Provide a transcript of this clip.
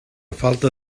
falta